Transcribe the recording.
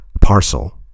parcel